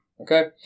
Okay